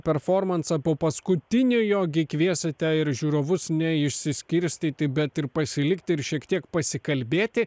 performansą po paskutiniojo gi kviesite ir žiūrovus neišsiskirstyti bet ir pasilikti ir šiek tiek pasikalbėti